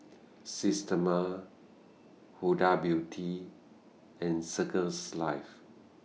Systema Huda Beauty and Circles Life